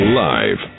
live